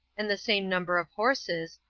and the same number of horses,